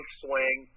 swing